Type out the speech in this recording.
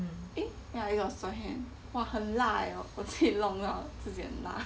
eh ya you got sore hand !wah! 很辣 leh 我自己弄到很辣